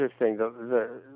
interesting